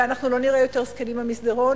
ואנחנו לא נראה יותר זקנים במסדרון.